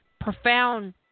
profound